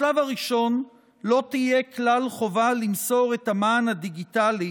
בשלב הראשון לא תהיה כלל חובה למסור את המען הדיגיטלי,